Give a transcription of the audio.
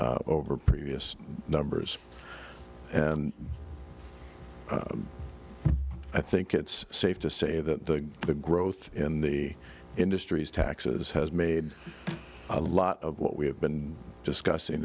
over previous numbers and i think it's safe to say that the the growth in the industries taxes has made a lot of what we have been discussing